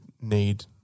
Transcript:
need